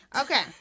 Okay